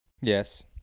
Yes